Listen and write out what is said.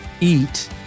eat